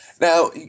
Now